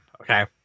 Okay